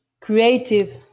creative